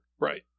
Right